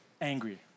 angry